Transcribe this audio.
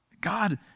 God